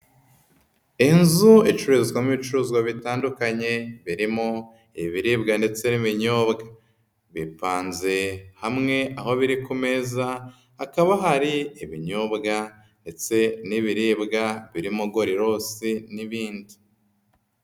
Inzu icururizwamo ibicuruzwa bitandukanye, birimo ibiribwa ndetse n'iminyobwa bipanze hamwe, aho biri ku meza, hakaba hari ibinyobwa ndetse n'ibiribwa birimo gorilosi n'ibindi.